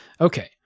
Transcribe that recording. Okay